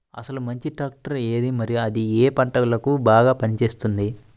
అసలు మంచి ట్రాక్టర్ ఏది మరియు అది ఏ ఏ పంటలకు బాగా పని చేస్తుంది?